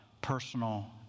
personal